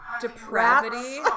Depravity